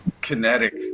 kinetic